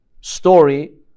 story